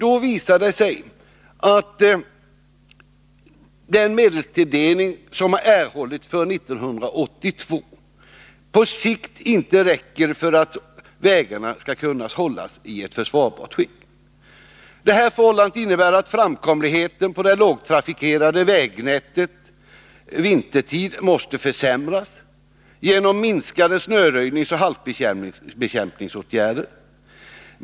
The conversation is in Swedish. Då visar det sig att den medelstilldelning som verket har erhållit för 1982 på sikt inte räcker för att hålla vägarna i ett försvarbart skick. Det förhållandet innebär att framkomligheten på det lågtrafikerade vägnätet vintertid måste försämras genom minskade snöröjningsoch halkbekämpningsåtgärder.